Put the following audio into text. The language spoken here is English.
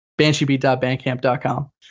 Bansheebeat.bandcamp.com